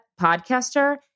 podcaster